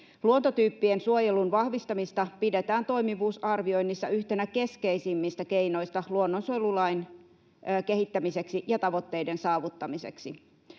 Luontotyyppien suojelun vahvistamista pidetään toimivuusarvioinnissa yhtenä keskeisimmistä keinoista luonnonsuojelulain kehittämiseksi ja tavoitteiden saavuttamiseksi.